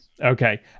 Okay